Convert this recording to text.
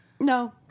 No